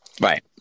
Right